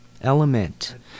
element